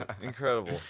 incredible